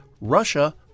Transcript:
Russia